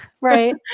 Right